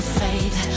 faith